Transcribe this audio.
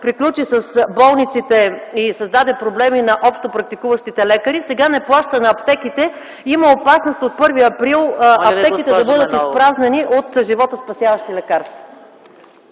приключи с болниците и създаде проблеми на общопрактикуващите лекари, сега не плаща на аптеките? Има опасност от 1 април аптеките да бъдат изпразнени от животоспасяващи лекарства.